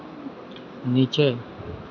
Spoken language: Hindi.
नीचे